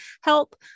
Help